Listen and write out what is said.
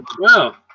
wow